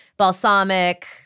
Balsamic